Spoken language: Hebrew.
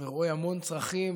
ורואה המון צרכים,